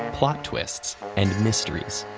plot twists, and mysteries.